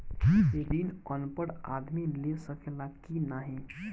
ऋण अनपढ़ आदमी ले सके ला की नाहीं?